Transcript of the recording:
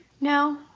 No